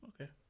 Okay